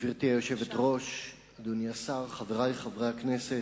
גברתי היושבת-ראש, אדוני השר, חברי חברי הכנסת,